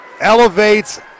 elevates